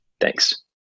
Thanks